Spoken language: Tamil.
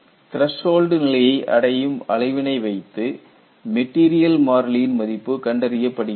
த்ரசோல்டு நிலையை அடையும் அளவினை வைத்து மெட்டீரியல் மாறிலியின் மதிப்பு கண்டறியப்படுகிறது